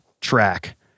track